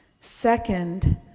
Second